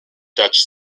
dutch